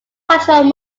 controlled